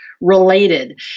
related